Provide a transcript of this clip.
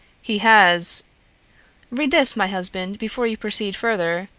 he has read this, my husband, before you proceed further,